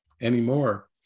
anymore